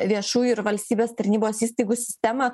viešųjų ir valstybės tarnybos įstaigų sistemą